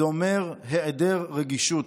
זה אומר היעדר רגישות.